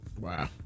Wow